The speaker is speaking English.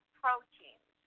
proteins